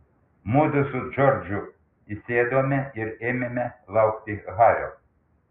mudu su džordžu įsėdome ir ėmėme laukti hario